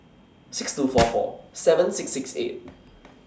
six two four four seven six six eight